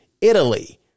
Italy